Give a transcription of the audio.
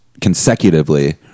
consecutively